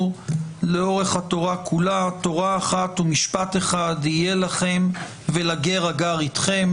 לאורך התורה כולה: "תורה אחת ומשפט אחד יהיה לכם ולגר הגר אתכם".